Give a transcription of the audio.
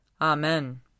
Amen